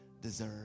deserve